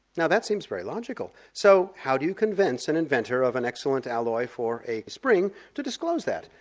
now that seems very logical. so how do you convince an inventor of an excellent alloy for a spring to disclose that?